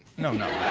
no. no,